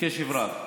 בקשב רב.